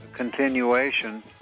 continuation